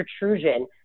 protrusion